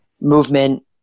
movement